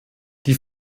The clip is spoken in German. die